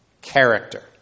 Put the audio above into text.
character